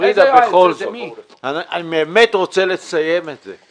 פרידה, בכל זאת, אני באמת רוצה לסיים את זה.